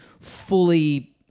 fully